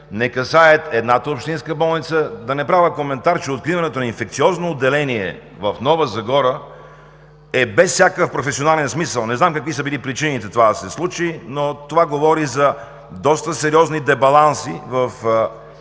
не касаят едната общинска болница, да не правя коментар, че откриването на Инфекциозно отделение в Нова Загора е без всякакъв професионален смисъл. Не знам какви са били причините това да се случи, но това говори за доста сериозни дебаланси в